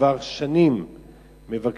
שכבר שנים מבקשים,